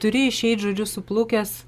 turi išeit žodžiu suplukęs